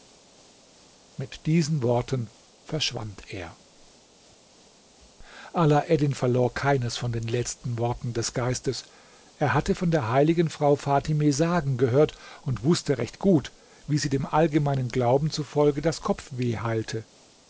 mit diesen worten verschwand er alaeddin verlor keines von den letzten worten des geistes er hatte von der heiligen frau fatime sagen gehört und wußte recht gut wie sie dem allgemeinen glauben zufolge das kopfweh heilte